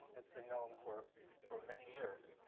it's been known for for many years.